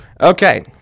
Okay